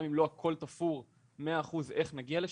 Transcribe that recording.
גם אם לא הכל תפור ב-100 אחוזים לגבי איך נגיע לשם,